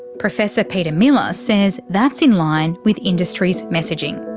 professor peter miller says that's in line with industry's messaging.